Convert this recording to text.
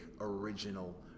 original